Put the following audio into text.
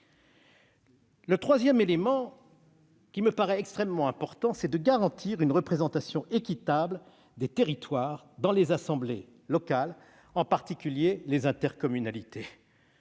le cas. De surcroît, il me paraît extrêmement important de garantir une représentation équitable des territoires dans les assemblées locales, en particulier les intercommunalités.